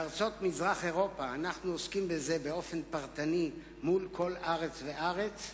בארצות מזרח אירופה אנחנו עוסקים בזה באופן פרטני מול כל ארץ וארץ.